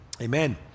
amen